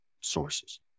sources